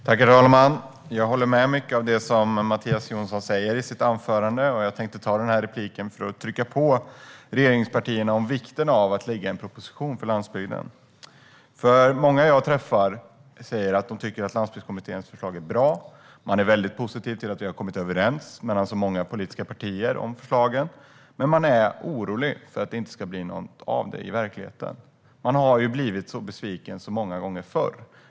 Herr talman! Jag håller med i mycket av det som Mattias Jonsson säger i sitt anförande, och jag tänkte använda den här repliken till att trycka på regeringspartierna om vikten av att lägga fram en proposition för landsbygden. Många jag träffar säger att de tycker att Landsbygdskommitténs förslag är bra. Man är väldigt positiv till att vi har kommit överens mellan många politiska partier om förslagen, men man är orolig för att det inte ska bli något av det hela i verkligheten. Man har ju blivit besviken så många gånger förut.